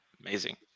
Amazing